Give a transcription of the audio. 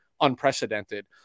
unprecedented